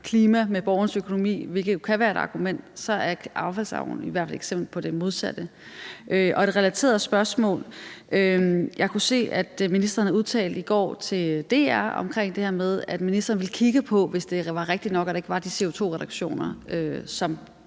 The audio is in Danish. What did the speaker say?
klima med borgernes økonomi, hvilket jo kan være et argument, så er affaldsloven i hvert fald et eksempel på det modsatte. Et relateret spørgsmål: Jeg kunne se, at ministeren i går har udtalt til DR, at ministeren vil kigge på det, hvis det var rigtigt nok, at der ikke var de CO2-reduktioner, som